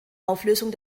auflösung